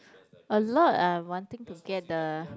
a lot eh wanting to get the